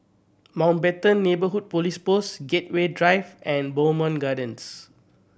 Mountbatten Neighbourhood Police Post Gateway Drive and Bowmont Gardens